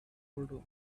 woman